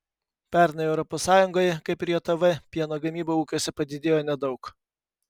pernai europos sąjungoje kaip ir jav pieno gamyba ūkiuose padidėjo nedaug